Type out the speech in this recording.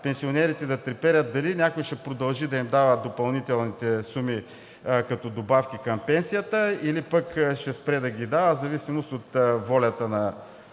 пенсионерите да треперят дали някой ще продължи да им дава допълнителните суми като добавки към пенсията или ще спре да ги дава в зависимост от волята на